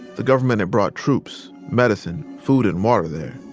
the government had brought troops, medicine, food, and water there.